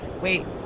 Wait